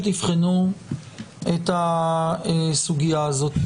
שתבחנו את הסוגיה הזאת.